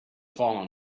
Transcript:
fallen